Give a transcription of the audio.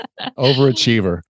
overachiever